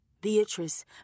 Beatrice